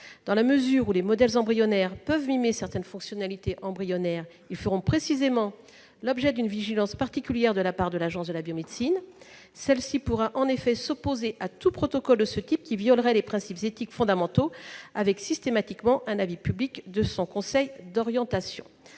Dans la mesure où les modèles embryonnaires peuvent mimer certaines fonctionnalités embryonnaires, ils feront précisément l'objet d'une vigilance particulière de la part de l'Agence de la biomédecine : celle-ci pourra en effet s'opposer à tout protocole de ce type qui violerait les principes éthiques fondamentaux, avec, systématiquement, un avis public de son conseil d'orientation.